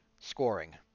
scoring